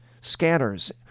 scatters